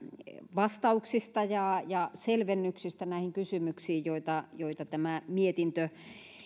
vastauksista ja ja selvennyksistä näihin kysymyksiin joita joita tämä mietintö